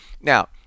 Now